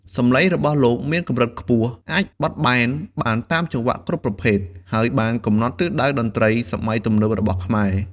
សំឡេងរបស់លោកមានកម្រិតខ្ពស់ អាចបត់បែនបានតាមចង្វាក់គ្រប់ប្រភេទ ហើយបានកំណត់ទិសដៅតន្ត្រីសម័យទំនើបរបស់ខ្មែរ។